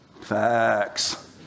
Facts